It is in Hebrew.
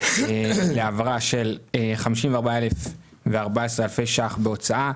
להעברה של 54 מיליון ו-14 אלפי שקלים בהוצאה,